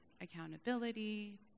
accountability